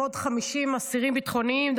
ביחד עם עוד 50 אסירים ביטחוניים,